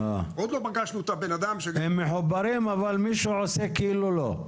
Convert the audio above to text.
עוד לא פגשנו את הבן אדם --- הם מחוברים אבל מישהו עושה כאילו לא.